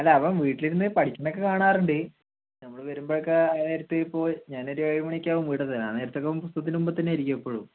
അല്ല അവൻ വീട്ടിൽ ഇരുന്ന് പഠിക്കുന്നതൊക്കെ കാണാറുണ്ട് നമ്മൾ വരുമ്പോൾ ഒക്കെ നേരത്ത് ഇപ്പോൾ ഞാൻ ഒരു ഏഴ് മണിയാവും വീട്ടിൽ എത്താൻ ആ നേരത്തൊക്കെ അവൻ പുസ്തകത്തിൻ്റെ മുമ്പിൽ തന്നെ ആയിരിക്കും എപ്പോഴും